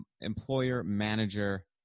employer-manager